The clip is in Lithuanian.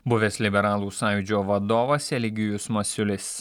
buvęs liberalų sąjūdžio vadovas eligijus masiulis